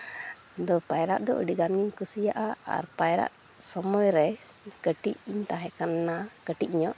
ᱤᱧᱫᱚ ᱯᱟᱭᱨᱟᱜ ᱫᱚ ᱟᱹᱰᱤᱜᱟᱱ ᱜᱤᱧ ᱠᱩᱥᱤᱭᱟᱜᱼᱟ ᱟᱨ ᱯᱟᱭᱨᱟᱜ ᱥᱚᱢᱚᱭ ᱨᱮ ᱠᱟᱹᱴᱤᱡ ᱤᱧ ᱛᱟᱦᱮᱸ ᱠᱟᱱᱟ ᱠᱟᱹᱴᱤᱡ ᱧᱚᱜ